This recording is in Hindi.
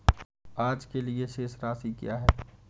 आज के लिए शेष राशि क्या है?